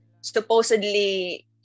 supposedly